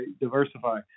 diversify